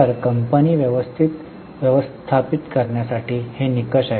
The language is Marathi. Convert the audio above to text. तर कंपनी व्यवस्थापित करण्यासाठी हे निकष आहेत